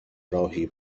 راهی